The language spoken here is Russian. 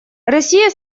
россия